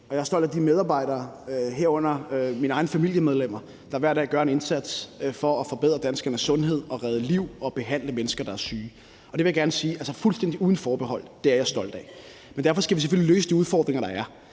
jeg er stolt af de medarbejdere, herunder mine egne familiemedlemmer, der hver dag gør en indsats for at forbedre danskernes sundhed og redde liv og behandle mennesker, der er syge. Det vil jeg gerne sige fuldstændig uden forbehold: Det er jeg stolt af. Men derfor skal vi selvfølgelig løse de udfordringer, der er.